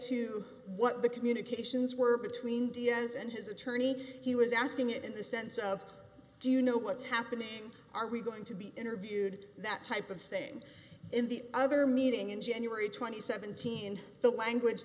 to what the communications were between diaz and his attorney he was asking it in the sense of do you know what's happening are we going to be interviewed that type of thing in the other meeting in january th and the language